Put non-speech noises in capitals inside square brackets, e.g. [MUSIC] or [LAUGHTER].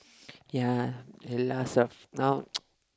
ya the last of now [NOISE]